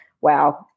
wow